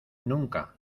nunca